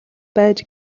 байж